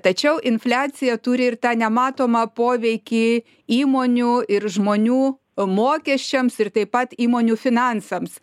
tačiau infliacija turi ir tą nematomą poveikį įmonių ir žmonių mokesčiams ir taip pat įmonių finansams